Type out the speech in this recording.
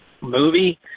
movie